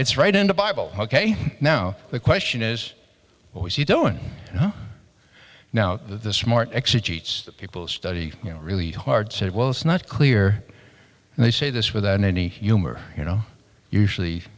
it's right in the bible ok now the question is what was he doing now the smart people study really hard to say well it's not clear and they say this without any humor you know usually